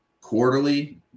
quarterly